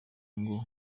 ngo